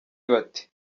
bati